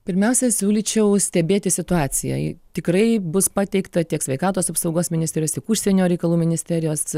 pirmiausia siūlyčiau stebėti situaciją tikrai bus pateikta tiek sveikatos apsaugos ministrės tiek užsienio reikalų ministerijos